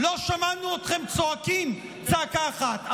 לא שמענו אתכם צועקים צעקה אחת.